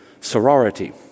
sorority